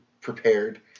prepared